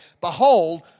Behold